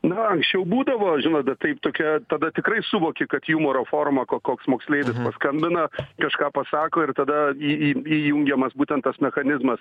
na anksčiau būdavo žinot bet taip tokia tada tikrai suvoki kad jumoro forma ko koks moksleivis paskambina kažką pasako ir tada į į įjungiamas būtent tas mechanizmas